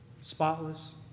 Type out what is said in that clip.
Spotless